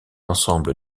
ensemble